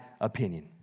opinion